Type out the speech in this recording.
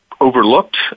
overlooked